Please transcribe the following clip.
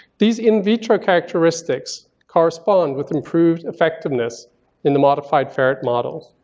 these in vitro characteristics correspond with improved effectiveness in the modified ferret model.